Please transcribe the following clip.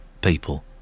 people